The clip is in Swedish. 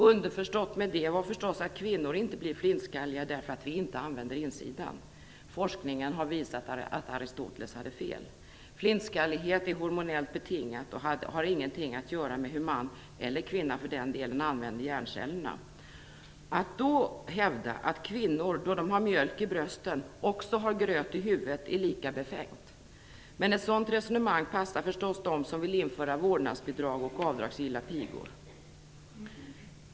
Underförstått var att kvinnor inte blir flintskalliga därför att vi inte använder insidan. Forskningen har visat att Aristoteles hade fel. Flintskallighet är hormonellt betingad och har ingenting att göra med hur man eller kvinna använder hjärncellerna. Att hävda att kvinnor, då de har mjölk i brösten, har gröt i huvudet, är lika befängt. Men ett sådant resonemang passar förstås dem som vill införa vårdnadsbidrag och avdragsgilla pigor.